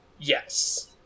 Yes